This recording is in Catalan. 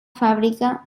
fàbrica